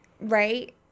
right